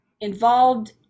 involved